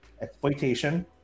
exploitation